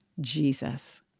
Jesus